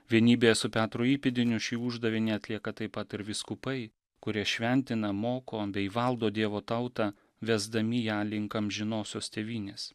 vienybėje su petro įpėdiniu šį uždavinį atlieka taip pat ir vyskupai kurie šventina moko bei valdo dievo tautą vesdami ją link amžinosios tėvynės